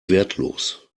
wertlos